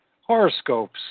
horoscopes